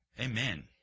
Amen